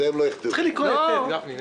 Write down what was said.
אלו הוצאות שוטפות לגיוס החוב.